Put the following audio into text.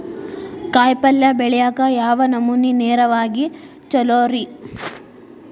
ಕಾಯಿಪಲ್ಯ ಬೆಳಿಯಾಕ ಯಾವ ನಮೂನಿ ನೇರಾವರಿ ಛಲೋ ರಿ?